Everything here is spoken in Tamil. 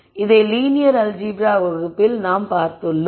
இதை லீனியர் அல்ஜீப்ரா வகுப்பில் நாம் பார்த்துள்ளோம்